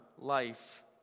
life